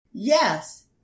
Yes